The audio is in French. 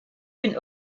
une